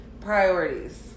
priorities